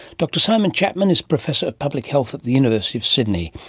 dr simon chapman is professor of public health at the university of sydney,